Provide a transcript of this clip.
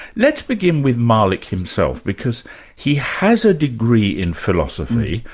let's begin with malick himself because he has a degree in philosophy,